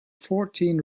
fourteen